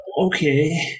Okay